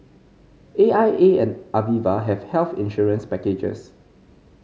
A I A and Aviva have health insurance packages